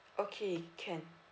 okay can